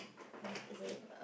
ya it's like